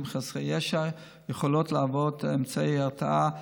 חסרי ישע יכולות להוות אמצעי הרתעה,